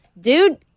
Dude